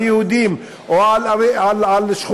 על יהודים או על שחורים.